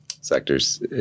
sectors